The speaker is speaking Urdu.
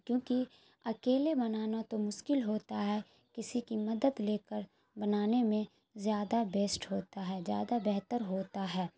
کیونکہ اکیلے بنانا تو مشکل ہوتا ہے کسی کی مدد لے کر بنانے میں زیادہ بیسٹ ہوتا ہے زیادہ بہتر ہوتا ہے